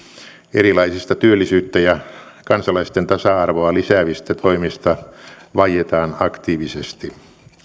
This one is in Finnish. erilaisista työllisyyttä ja kansalaisten tasa arvoa lisäävistä toimista vaietaan aktiivisesti